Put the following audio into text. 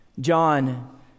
John